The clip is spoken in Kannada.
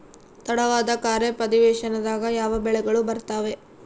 ತಡವಾದ ಖಾರೇಫ್ ಅಧಿವೇಶನದಾಗ ಯಾವ ಬೆಳೆಗಳು ಬರ್ತಾವೆ?